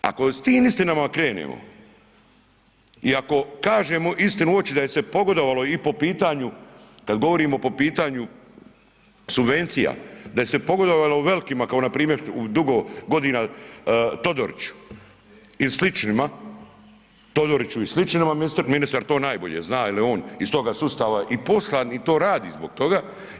Ako s tim istinama krenemo i ako kažemo istinu u oči da je se pogodovalo i po pitanju kada govorimo po pitanju subvencija da je se pogodovalo velikima kao npr. dugo godina Todoriću i sličnima Todoriću i sličnima, ministar to najbolje zna jel je on iz toga sustava i poslan i to radi zbog toga.